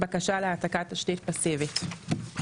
בקשה להעתקת תשתית פסיבית):